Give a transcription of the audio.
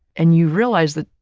and you realize that